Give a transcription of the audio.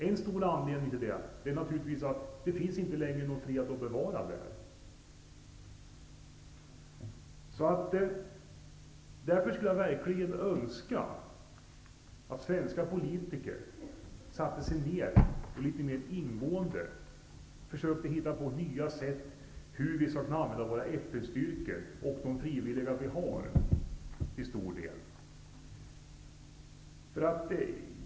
En anledning är naturligtvis att det inte längre finns någon fred att bevara där. Jag skulle verkligen önska att svenska politiker litet mer ingående försökte hitta på nya sätt att använda våra FN-styrkor och frivilliga.